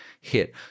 hit